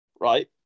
right